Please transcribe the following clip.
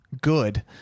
good